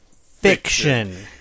fiction